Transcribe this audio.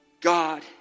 God